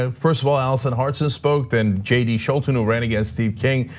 ah first of all, allison harston spoke, then jd scholten, who ran against steve king,